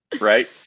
Right